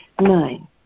Nine